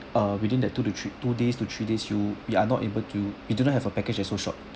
uh within that two to three two days to three days you we are not able to we did not have a package that's so short